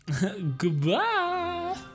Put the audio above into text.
Goodbye